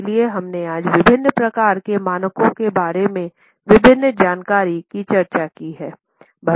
इसलिए हमने आज विभिन्न प्रकार के मानकों के बारे में विभिन्न जानकारी की चर्चा की है